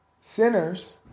sinners